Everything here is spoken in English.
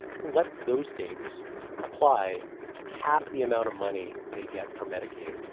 let those states apply to cap the amount of money they get for medicaid.